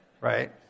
right